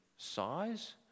size